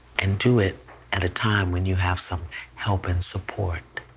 and do it at a time when you have some help and support